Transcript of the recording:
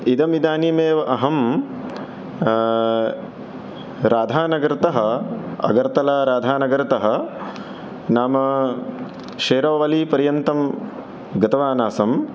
इदमिदानीमेव अहं राधानगरतः अगर्तला राधानगरतः नाम शेरोवलिपर्यन्तं गतवान् आसम्